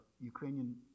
Ukrainian